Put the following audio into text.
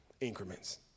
increments